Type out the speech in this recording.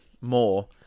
more